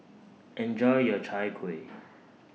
Enjoy your Chai Kueh